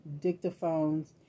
dictaphones